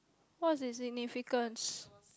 what's its significance